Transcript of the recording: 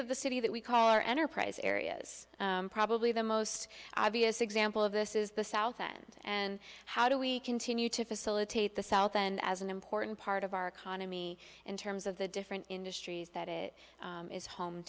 of the city that we call our enterprise areas probably the most obvious example of this is the south and and how do we continue to facilitate the south and as an important part of our economy in terms of the different industries that it is home